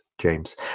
james